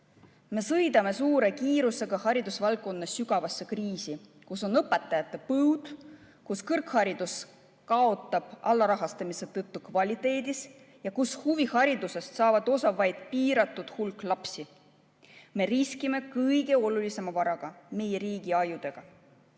suure kiirusega sügavasse kriisi, on õpetajate põud, kõrgharidus kaotab alarahastamise tõttu kvaliteedis ja huviharidusest saab osa vaid piiratud hulk lapsi. Me riskime kõige olulisema varaga, meie riigi ajudega.